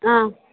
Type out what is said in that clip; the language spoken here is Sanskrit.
हा